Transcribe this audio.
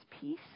peace